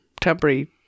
temporary